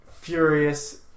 furious